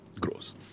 grows